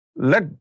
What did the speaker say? Let